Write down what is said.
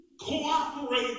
cooperate